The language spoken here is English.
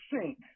sink